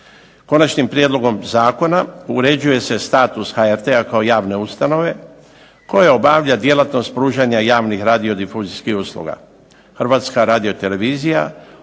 Konačnim prijedlogom zakona uređuje se status HRT-a kao javne ustanove, koja obavlja djelatnost pružanja javnih radiodifuzijskih usluga. Hrvatska radiotelevizija